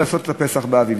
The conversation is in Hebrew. לעשות את הפסח באביב.